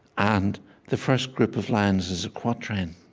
and the first group of lines is a quatrain.